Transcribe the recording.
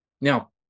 Now